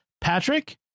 Patrick